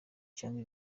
cyangwa